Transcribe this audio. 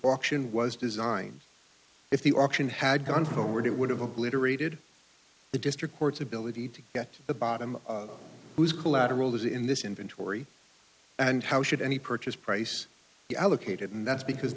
auction was designed if the auction had gone forward it would have obliterated the district court's ability to get to the bottom of whose collateral is in this inventory and how should any purchase price allocated and that's because